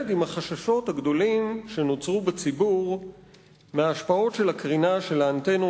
עם החששות הגדולים שנוצרו בציבור מההשפעות של הקרינה של האנטנות,